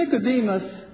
Nicodemus